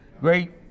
great